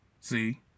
see